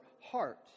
heart